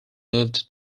moved